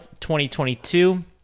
2022